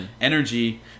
energy